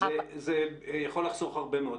זה יחסוך הרבה מאוד.